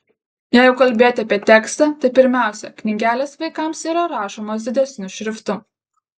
jeigu kalbėti apie tekstą tai pirmiausia knygelės vaikams yra rašomos didesniu šriftu